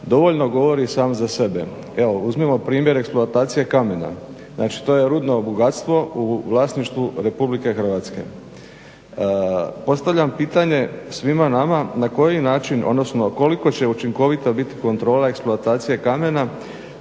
dovoljno govori sama za sebe. Evo uzmimo primjer eksploatacije kamena. Znači to je rudno bogatstvo u vlasništvu Republike Hrvatske. Postavljam pitanje svima nama na koji način, odnosno koliko će učinkovita biti kontrola eksploatacije kamena